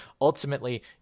ultimately